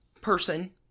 person